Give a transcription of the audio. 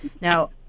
Now